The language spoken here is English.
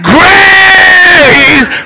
Grace